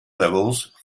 levels